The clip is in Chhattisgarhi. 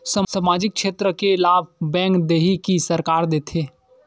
सामाजिक क्षेत्र के लाभ बैंक देही कि सरकार देथे?